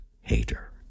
hater